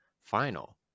final